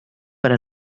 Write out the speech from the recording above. per